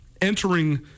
entering